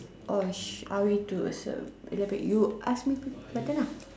oh shit are we to also elaborate you ask me to my turn lah